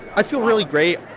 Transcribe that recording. i feel really great.